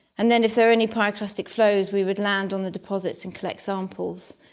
and then if there are any pyroclastic flows, we would land on the deposits and collect samples,